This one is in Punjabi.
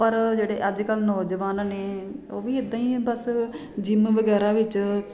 ਪਰ ਜਿਹੜੇ ਅੱਜ ਕੱਲ੍ਹ ਨੌਜਵਾਨ ਨੇ ਉਹ ਵੀ ਇੱਦਾਂ ਹੀ ਬਸ ਜਿਮ ਵਗੈਰਾ ਵਿੱਚ